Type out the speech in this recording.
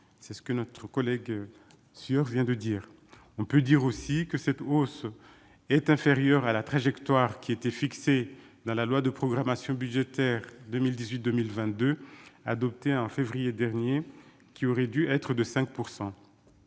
c'est ce que notre collègue sur vient de dire, on peut dire aussi que cette hausse est inférieure à la trajectoire qui était fixé dans la loi de programmation budgétaire 2018, 2022 adopté en février dernier, qui aurait dû être de 5